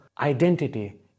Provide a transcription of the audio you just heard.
identity